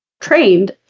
trained